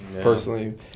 personally